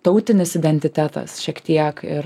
tautinis identitetas šiek tiek ir